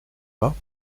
pas